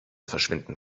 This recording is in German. verschwinden